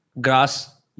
grass